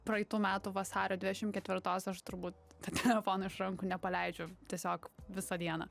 praeitų metų vasario dvidešim ketvirtos aš turbūt to telefono iš rankų nepaleidžiu tiesiog visą dieną